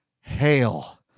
hail